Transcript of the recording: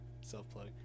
self-plug